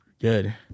good